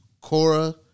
Cora